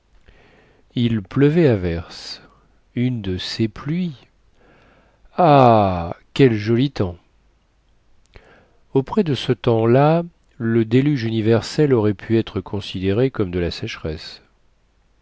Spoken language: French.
il pleuvait à verse une de ces pluies ah quel joli temps auprès de ce temps-là le déluge universel aurait pu être considéré comme de la sécheresse